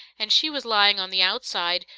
and she was lying on the outside,